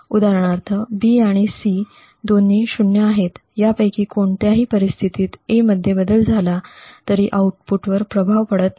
उदाहरणार्थ B आणि C दोन्ही 0s आहेत यापैकी कोणत्याही परिस्थितीत A मध्ये बदल झाला तरी आउटपुटवर प्रभाव पडत नाही